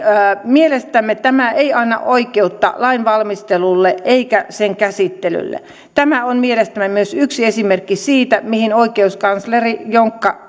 mielestämme tämä ei anna oikeutta lainvalmistelulle eikä sen käsittelylle tämä on mielestämme myös yksi esimerkki siitä mihin oikeuskansleri jonkka